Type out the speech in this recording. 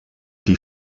die